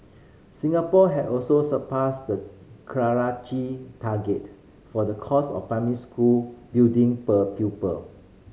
Singapore had also surpassed the Karachi target for the cost of primary school building per pupil